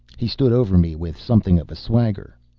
he stood over me with something of a swagger.